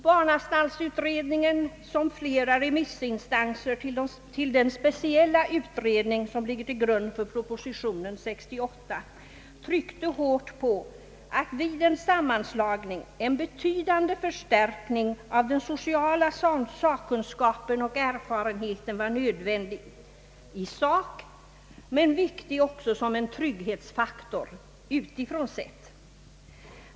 Barnanstaltsutredningen liksom flera remissinstanser till den speciella utredning, som ligger till grund för proposition nr 68, tryckte hårt på att vid en sammanslagning en betydande förstärkning av den sociala sakkunskapen och erfarenheten var nödvändig i sak men viktig också såsom en trygghetsfaktor utifrån sett.